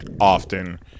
often